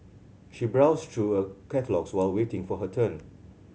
she browsed through a catalogues while waiting for her turn